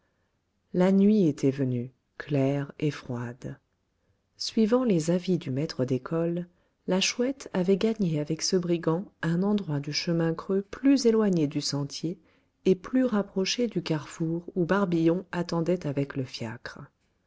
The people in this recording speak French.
la nuit était venue claire et froide suivant les avis du maître d'école la chouette avait gagné avec ce brigand un endroit du chemin creux plus éloigné du sentier et plus rapproché du carrefour où barbillon attendait avec le fiacre